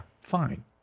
Fine